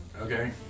okay